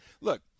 look